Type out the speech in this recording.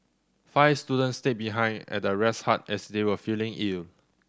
five students stayed behind at the rest hut as they were feeling ill